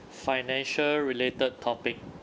financial related topic